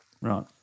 Right